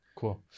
Cool